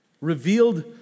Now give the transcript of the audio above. Revealed